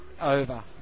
over